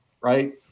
right